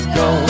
go